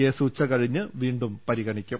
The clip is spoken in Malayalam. കേസ് ഉച്ചകഴിഞ്ഞ് വീണ്ടും പരിഗണിക്കും